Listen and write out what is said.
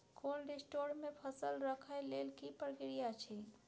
Cold store मे फसल रखय लेल की प्रक्रिया अछि?